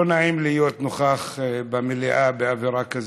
לא נעים להיות נוכח במליאה באווירה כזאת.